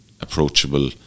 approachable